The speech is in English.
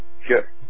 Sure